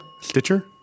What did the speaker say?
Stitcher